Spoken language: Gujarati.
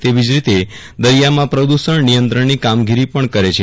તેવી જ રીતે દરિયામાં પ્રદૃષણ નિયંત્રણની કામગીરી પણ કરે છે